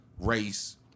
race